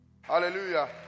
Hallelujah